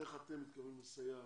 איך אתם מתכוונים לסייע